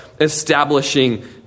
establishing